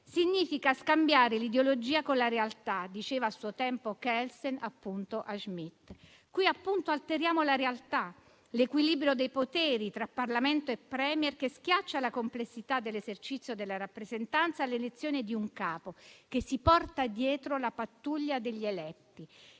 Significa scambiare l'ideologia con la realtà, come diceva a suo tempo Kelsen a Schmitt. Qui appunto alteriamo la realtà, l'equilibrio dei poteri tra Parlamento e *Premier*, che schiaccia la complessità dell'esercizio della rappresentanza all'elezione di un capo che si porta dietro la pattuglia degli eletti.